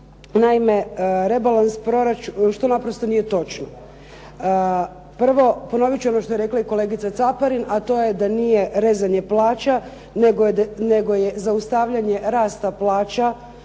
za spas proračuna što naprosto nije točno. Prvo, ponovit ću ono što je rekla i kolegica Caparin a to je da nije rezanje plaćanje nego je zaustavljanje rasta plaća